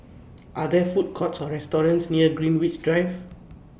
Are There Food Courts Or restaurants near Greenwich Drive